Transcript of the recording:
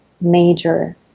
major